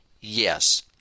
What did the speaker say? Yes